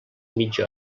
mitja